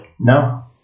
No